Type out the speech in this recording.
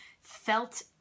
felt